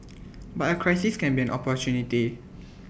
but A crisis can be an opportunity